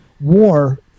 war